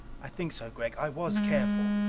i think so, gregg. i was careful.